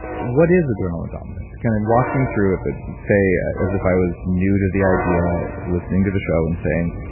is adrenaline dominance? kind of walk me through it, but say as if i was new to the idea listening to the show and saying,